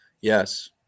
Yes